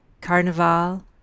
Carnival